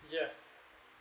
yup